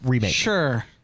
sure